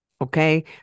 Okay